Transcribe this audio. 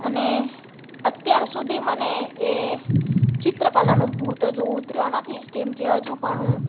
અને અત્યાર સુધી મને એ ચિત્રકલાનું ભૂત હજુ ઉતર્યું નથી કેમ કે હજુ પણ હું